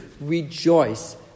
rejoice